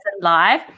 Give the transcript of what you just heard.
live